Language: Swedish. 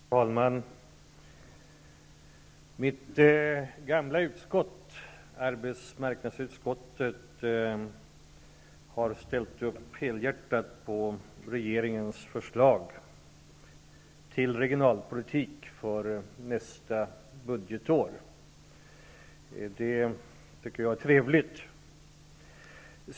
Fru talman! Mitt gamla utskott, arbetsmarknadsutskottet, har ställt upp helhjärtat på regeringens förslag till regionalpolitik för nästa år. Det tycker jag är trevligt.